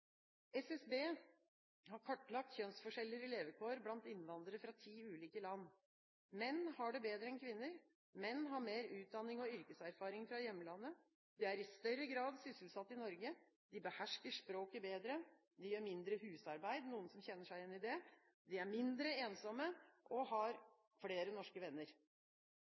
SSB har kartlagt kjønnsforskjeller i levekår blant innvandrere fra ti ulike land: Menn har det bedre enn kvinner. Menn har mer utdanning og yrkeserfaring fra hjemlandet, de er i større grad sysselsatt i Norge, de behersker språket bedre, de gjør mindre husarbeid – noen som kjenner seg igjen i det? Og de er mindre ensomme og har flere norske venner.